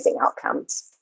outcomes